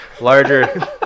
larger